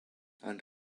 and